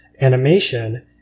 animation